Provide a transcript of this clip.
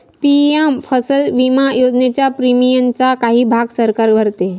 PM फसल विमा योजनेच्या प्रीमियमचा काही भाग सरकार भरते